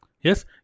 yes